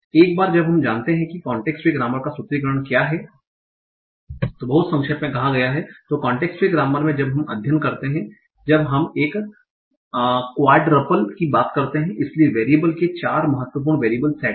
एक बार जब हम जानते हैं कि कांटेक्स्ट फ्री ग्रामर का सूत्रीकरण क्या है बहुत संक्षेप में कहा गया है तो कांटेक्स्ट फ्री ग्रामर में जब हम अध्ययन करते हैं जब हम एक क्वाडरपल की बात करते हैं इसलिए वेरीएबल के 4 महत्वपूर्ण वेरियबल सेट है